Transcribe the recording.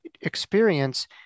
experience